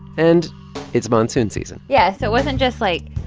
and it's monsoon season yeah. so it wasn't just, like,